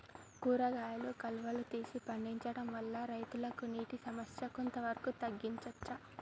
కూరగాయలు కాలువలు తీసి పండించడం వల్ల రైతులకు నీటి సమస్య కొంత వరకు తగ్గించచ్చా?